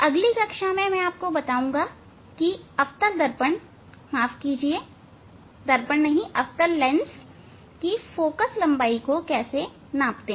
अगली कक्षा में मैं बताऊंगा कि अवतल दर्पण माफ कीजिएगा दर्पण नहीं अवतल लेंस की फोकल लंबाई को कैसे मापते हैं